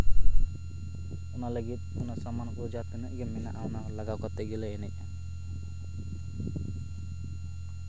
ᱚᱱᱟ ᱞᱟᱹᱜᱤᱫ ᱚᱱᱟ ᱥᱟᱢᱟᱱ ᱠᱚ ᱡᱟᱦᱟᱸ ᱛᱤᱱᱟᱹᱜ ᱜᱮ ᱢᱮᱱᱟᱜᱼᱟ ᱚᱱᱟ ᱠᱚ ᱞᱟᱜᱟᱣ ᱠᱟᱛᱮ ᱜᱮᱞᱮ ᱮᱱᱮᱡᱼᱟ